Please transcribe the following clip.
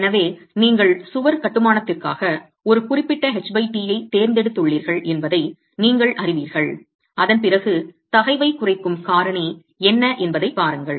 எனவே நீங்கள் சுவர் கட்டுமானத்திற்காக ஒரு குறிப்பிட்ட ht ஐத் தேர்ந்தெடுத்துள்ளீர்கள் என்பதை நீங்கள் அறிவீர்கள் அதன் பிறகு தகைவைக் குறைக்கும் காரணி என்ன என்பதைப் பாருங்கள்